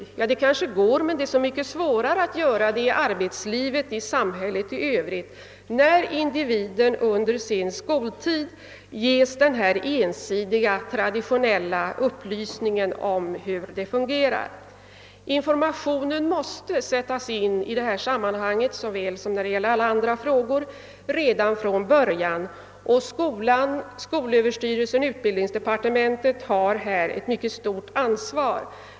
I varje fall blir det så mycket svårare att göra det i arbetslivet och i samhället i övrigt när individen under sin skoltid ges en sådan ensidig, traditionell upplysning om hur män och kvinnor fungerar. Informanen måste såväl beträffande denna som alla andra frågor sättas in redan från början. Skolan, skolöverstyrelsen och utbildningsdepartementet har här ett mycket stort ansvar.